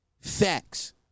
Facts